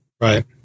Right